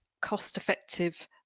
cost-effective